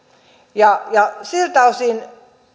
ja ja siltä osin